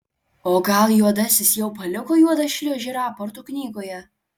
o gal juodasis jau paliko juodą šliūžę raportų knygoje